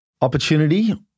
opportunity